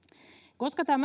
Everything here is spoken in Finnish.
koska tämä